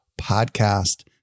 podcast